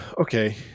okay